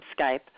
Skype